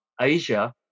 Asia